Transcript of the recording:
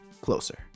closer